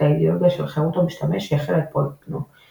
האידאולוגיה של חירות המשתמש שהחלה את פרויקט גנו,